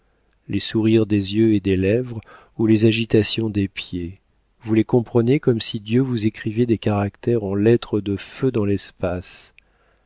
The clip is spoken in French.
les sourires des yeux et des lèvres ou les agitations des pieds vous les comprenez comme si dieu vous écrivait des caractères en lettres de feu dans l'espace